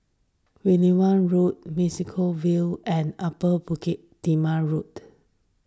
Wittering Road Vale and Upper Bukit Timah Road